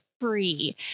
free